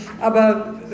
aber